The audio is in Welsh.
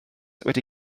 wedi